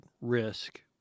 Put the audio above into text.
risk